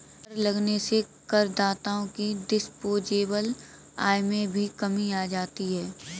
कर लगने से करदाताओं की डिस्पोजेबल आय में भी कमी आ जाती है